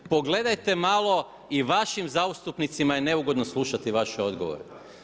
Pogledajte malo, i vašim zastupnicima je neugodno slušati vaše odgovore.